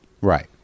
Right